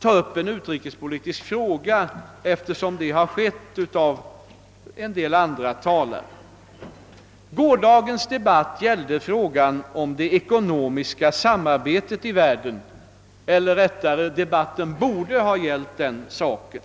ta upp en utrikespolitisk fråga, eftersom så skett av en del andra talare. Gårdagens debatt gällde frågan om det ekonomiska samarbetet i världen eller rättare sagt debatten borde ha gällt den saken.